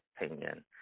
opinion